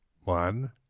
one